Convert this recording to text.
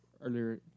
earlier